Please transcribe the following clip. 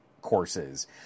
courses